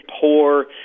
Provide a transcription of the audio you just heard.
poor